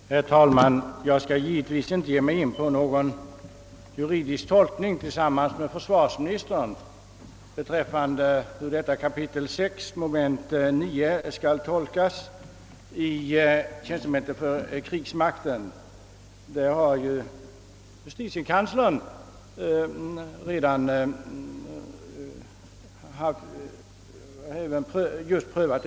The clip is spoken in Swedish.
Herr talman! Jag skall givetvis inte ge mig in på någon juridisk tolkning av kap. 6 mom. 9 i Tjänstereglemente för krigsmakten. Det har justitiekanslern redan gjort.